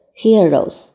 heroes